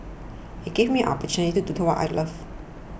it gave me an opportunity to do what I love